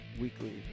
weekly